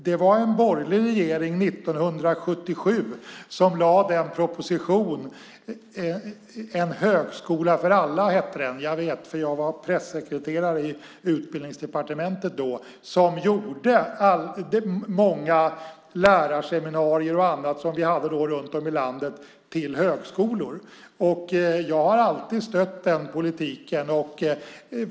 Det var en borgerlig regering som 1977 lade fram den propositionen. En högskola för alla hette den. Jag vet för jag var pressekreterare i Utbildningsdepartementet då. Den gjorde många lärarseminarier och annat som vi hade runt om i landet till högskolor. Jag har alltid stött den politiken.